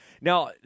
now